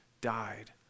died